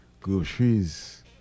Groceries